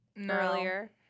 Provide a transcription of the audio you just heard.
Earlier